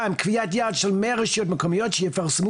2. קביעת יעד של 100 רשויות מקומיות שיפרסמו